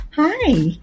Hi